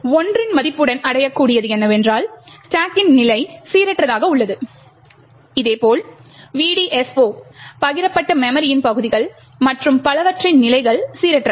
1 மதிப்புடன் அடையக்கூடியது என்னவென்றால் ஸ்டாக் கின் நிலை சீரற்றதாக உள்ளது இதேபோல் VDSO பகிரப்பட்ட மெமரியின் பகுதிகள் மற்றும் பலவற்றின் நிலைகள் சீரற்றவை